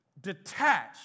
detached